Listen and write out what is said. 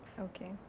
okay